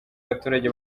abaturage